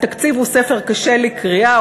התקציב הוא ספר קשה לקריאה,